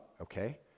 okay